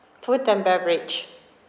food and beverage